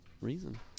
reason